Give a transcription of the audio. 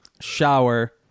shower